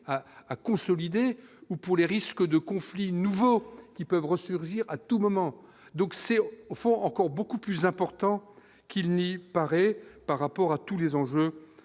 à consolider ou pour les risques de conflits nouveaux qui peuvent resurgir à tout moment, donc c'est au fond encore beaucoup plus important. Qu'il n'y paraît, par rapport à tous les enjeux